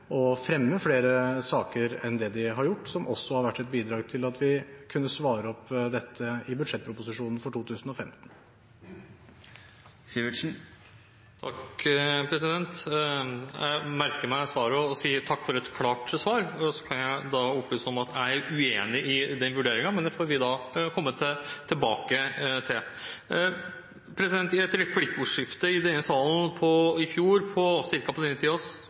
å fremme flere saker enn det de har gjort, som også har vært et bidrag til at vi kunne svare opp dette i budsjettproposisjonen for 2015. Jeg merker meg svaret, og sier takk for et klart svar. Og så kan jeg opplyse om at jeg er uenig i den vurderingen, men det får vi komme tilbake til. I et replikkordskifte i denne salen i fjor, ca. på denne